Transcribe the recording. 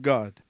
God